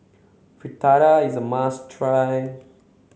Fritada is a must try